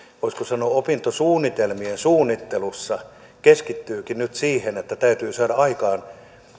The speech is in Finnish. opintosuunnitelmien suunnittelussa keskittyykin nyt siihen että täytyy saada aikaan